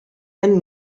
hemm